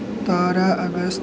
सतारां अगस्त